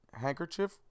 handkerchief